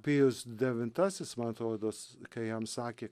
pijus devintasis man atrodos kai jam sakė